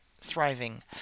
thriving